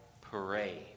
parade